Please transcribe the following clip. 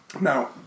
Now